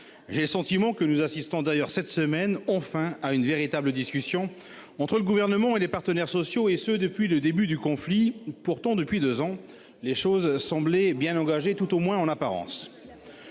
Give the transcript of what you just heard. d'ailleurs, que nous assistons cette semaine enfin à une véritable discussion entre le Gouvernement et les partenaires sociaux, et ce depuis l'engagement du conflit. Pourtant, depuis deux ans, les choses semblaient bien engagées ... tout au moins en apparence